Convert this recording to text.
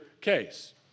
case